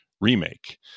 remake